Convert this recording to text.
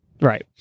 Right